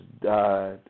died